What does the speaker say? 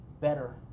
better